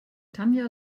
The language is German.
tanja